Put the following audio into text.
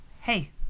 Hey